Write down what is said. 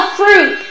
fruit